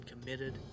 committed